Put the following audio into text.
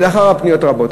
ולאחר הפניות הרבות.